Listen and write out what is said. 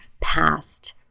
past